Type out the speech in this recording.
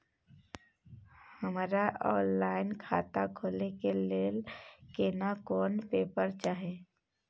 हमरा ऑनलाइन खाता खोले के लेल केना कोन पेपर चाही?